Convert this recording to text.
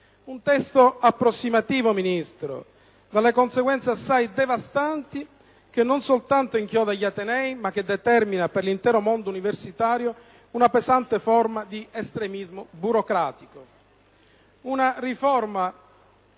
un testo approssimativo, signora Ministro, dalle conseguenze assai devastanti, che non soltanto inchioda gli atenei, ma determina, per l'intero mondo universitario, una pesante forma di estremismo burocratico. *(Brusìo).*